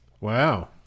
Wow